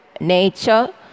nature